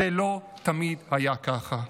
זה לא תמיד היה ככה.